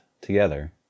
together